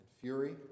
fury